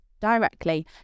directly